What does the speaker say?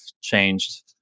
changed